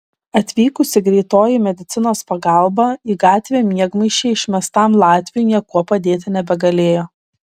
atvykusi greitoji medicinos pagalba į gatvę miegmaišyje išmestam latviui niekuo padėti nebegalėjo